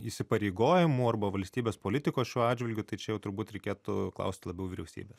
įsipareigojimų arba valstybės politikos šiuo atžvilgiu tai čia jau turbūt reikėtų klausti labiau vyriausybės